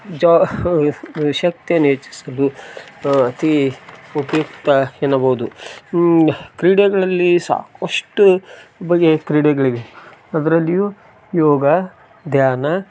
ಜ ಶಕ್ತಿಯನ್ನು ಹೆಚ್ಚಿಸಲು ಅತಿ ಉಪಯುಕ್ತ ಎನ್ನಬೋದು ಕ್ರೀಡೆಗಳಲ್ಲಿ ಸಾಕಷ್ಟು ಬಗೆಯ ಕ್ರೀಡೆಗಳಿವೆ ಅದ್ರಲ್ಲಿ ಯೋಗ ಧ್ಯಾನ